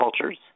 cultures